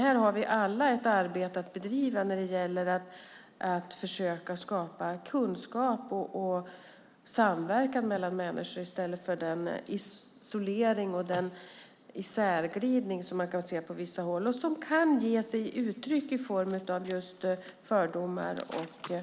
Vi har alla att bedriva ett arbete för att försöka sprida kunskap och skapa samverkan mellan människor i stället för den isolering och isärglidning som man kan se på vissa håll. Det kan ta sig uttryck i fördomar och hat.